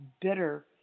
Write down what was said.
bitter